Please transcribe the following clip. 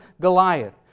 Goliath